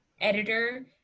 editor